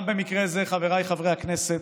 גם במקרה זה, חבריי חברי הכנסת,